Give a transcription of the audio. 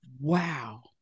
Wow